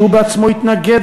שהוא בעצמו התנגד,